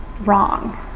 wrong